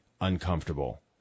uncomfortable